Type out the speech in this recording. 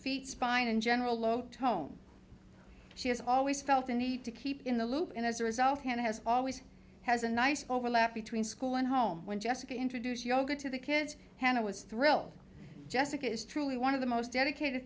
scoliosis spine and general low tone she has always felt a need to keep in the loop and as a result has always has a nice overlap between school and home when jessica introduced yoga to the kids hannah was thrilled jessica is truly one of the most dedicated